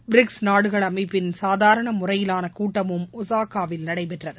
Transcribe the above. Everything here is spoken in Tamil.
பிரிக்ஸ் நாடுகள் அமைப்பின் சாதாரண முறையிலாள கூட்டமும் ஒஸாகாவில் நடைபெற்றது